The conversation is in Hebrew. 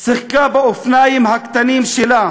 שיחקה באופניים הקטנים שלה,